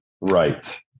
Right